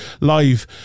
live